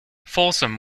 folsom